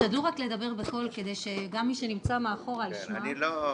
כדי שגם מי שנמצא מאחורה ישמע.